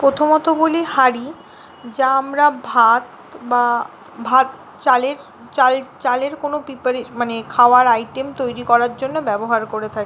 প্রথমত বলি হাঁড়ি যা আমরা ভাত বা ভাত চালের চাল চালের কোনো মানে খাওয়ার আইটেম তৈরি করার জন্য ব্যবহার করে থাকি